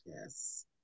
Yes